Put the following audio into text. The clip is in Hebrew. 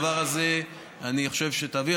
את הדבר הזה אני חושב שצריך להעביר.